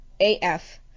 AF